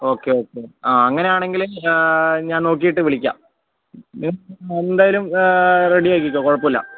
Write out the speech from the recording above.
okay okay ആ അങ്ങനെയാണെങ്കിൽ ഞാ ഞാൻ നോക്കിയിട്ട് വിളിക്കാം എന്തായാലും റെഡി ആക്കിക്കോ കുഴപ്പമില്ല